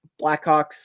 Blackhawks